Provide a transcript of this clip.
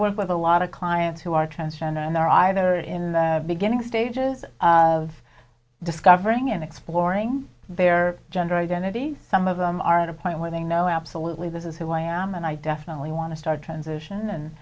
was with a lot of clients who are transition and are either in the beginning stages of discovering and exploring their gender identity some of them are at a point where they know absolutely this is who i am and i definitely want to start transition and